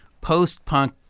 post-punk